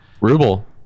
Ruble